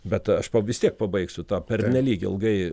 bet aš vis tiek pabaigsiu tą pernelyg ilgai